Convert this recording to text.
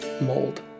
Mold